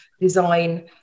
design